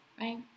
right